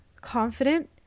confident